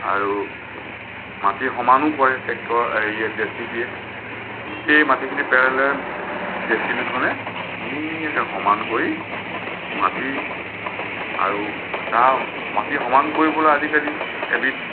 আৰু মাটি সমানো কৰে ট্ৰেক্টৰে এই জেচিবিয়ে গোটেই মাটিখিনি পেলাই লৈ জেচিবিখনে ধুনীয়াকৈ সমান কৰি মাটিৰ আৰু তাৰ মাটি সমান কৰিবলৈ আজিকালি এবিধ